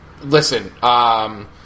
listen